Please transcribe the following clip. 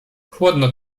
chłodno